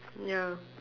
ya